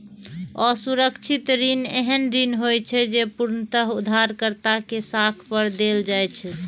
असुरक्षित ऋण एहन ऋण होइ छै, जे पूर्णतः उधारकर्ता के साख पर देल जाइ छै